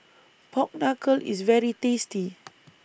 Pork Knuckle IS very tasty